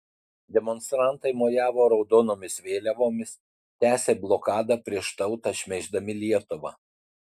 demonstrantai mojavo raudonomis vėliavomis tęsė blokadą prieš tautą šmeiždami lietuvą